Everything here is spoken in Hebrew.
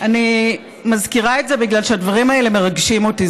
אני מזכירה את זה בגלל שהדברים האלה מרגשים אותי.